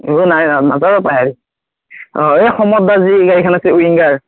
এইবোৰ নাই নাই নাযাওঁ অ'বোপাই এই সমৰদাৰ যি গাড়ীখন আছে উইংগাৰ